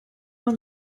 man